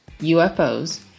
UFOs